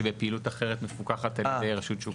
שבפעילות אחרת מפוקחת על ידי רשות שוק ההון?